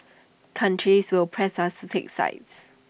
countries will press us to take sides